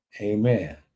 Amen